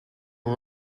all